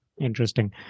Interesting